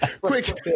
quick